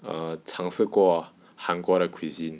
err 尝试过韩国的 cuisine